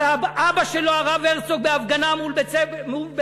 אבל אבא שלו, הרב הרצוג, בהפגנה מול בית-הכנסת